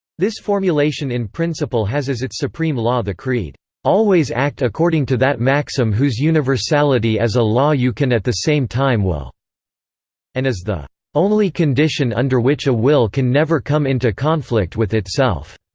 this formulation in principle has as its supreme law the creed always act according to that maxim whose universality as a law you can at the same time will and is the only condition under which a will can never come into conflict with itself